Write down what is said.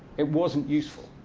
it wasn't useful.